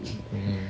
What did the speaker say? with me